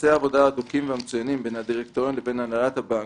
יחסי העבודה ההדוקים והמצוינים בין הדירקטוריון לבין הנהלת הבנק,